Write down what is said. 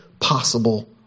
possible